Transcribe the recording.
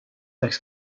läks